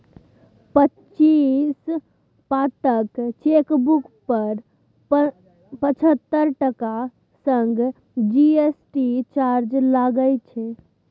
पच्चीस पातक चेकबुक पर पचहत्तर टका संग जी.एस.टी चार्ज लागय छै